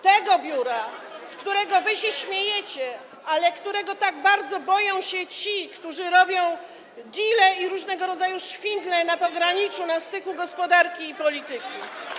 Tego biura, z którego wy się śmiejecie, ale którego tak bardzo boją się ci, którzy robią deale i różnego rodzaju szwindle na pograniczu, na styku gospodarki i polityki.